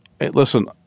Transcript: listen